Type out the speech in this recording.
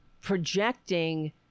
projecting